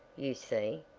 you see,